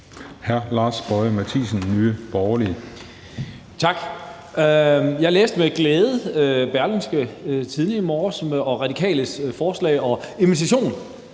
13:10 Lars Boje Mathiesen (NB): Tak. Jeg læste med glæde Berlingske i morges om Radikales forslag om og invitation